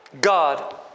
God